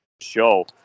show